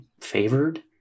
favored